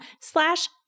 slash